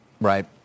Right